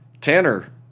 Tanner